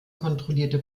kontrollierte